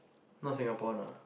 not Singaporean ah